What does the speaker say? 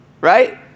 right